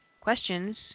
questions